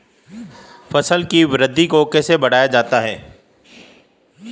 फसल की वृद्धि को कैसे बढ़ाया जाता हैं?